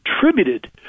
contributed